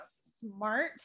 smart